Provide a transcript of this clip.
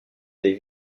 des